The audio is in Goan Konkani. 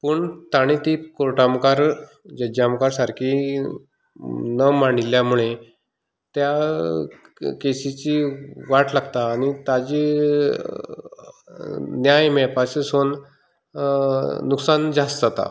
पूण ताणें ती कोर्टा मुखार जर्जा मुखार सारकी ना मांडिल्ल्या मुळे त्या केसीची वाट लागता आनी ताचो न्याय मेळपाचें सोडून लुकसाण जास्त जाता